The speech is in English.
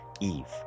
Eve